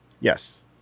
Yes